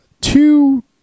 two